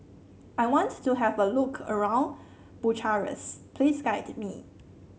I want to have a look around Bucharest please guide me